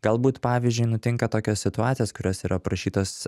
galbūt pavyzdžiui nutinka tokios situacijos kurios yra aprašytos